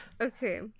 Okay